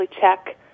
check